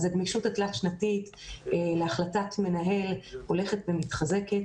הגמישות התלת שנתית להחלטת מנהל הולכת ומתחזקת.